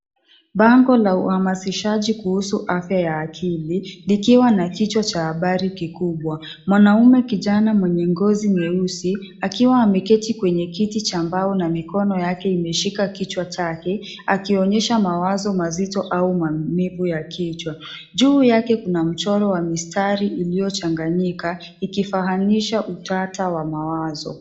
Bango la uhamasishaji kuhusu afya ya akili likiwa na kichwa cha habari kikubwa. Mwanaume kijana mwenye ngozi nyeusi akiwa ameketi kwenye kiti cha mbao na mikono yake imeshika kichwa chake akionyesha mawazo mazito au maumivu ya kichwa. Juu yake kuna mchoro wa mistari iliyochanganyika ikifahamisha utata wa mawazo.